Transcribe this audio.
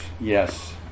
yes